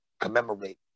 commemorate